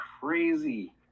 crazy